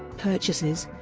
purchases